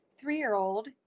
three-year-old